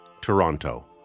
Toronto